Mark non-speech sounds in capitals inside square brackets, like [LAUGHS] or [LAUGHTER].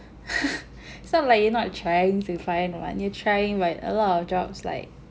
[LAUGHS] it's not like you're not trying to find [what] you tried but a lot of jobs like